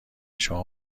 شما